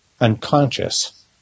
unconscious